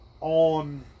on